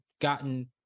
gotten